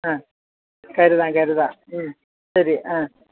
ആ കരുതാം കരുതാം മ് ശരി ആ